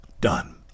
done